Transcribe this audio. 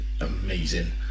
amazing